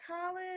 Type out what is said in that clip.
college